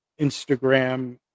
Instagram